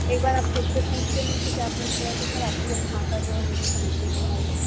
एक बार आप फिर से पूछिए मुझसे क्या पूछ रहे थे सर आपकी भाषा जो है मुझे समझ में नहीं आई